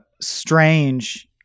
strange